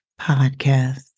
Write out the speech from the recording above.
Podcast